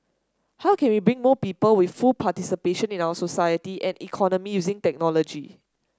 how can we bring more people with full participation in our society and economy using technology